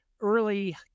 early